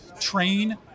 train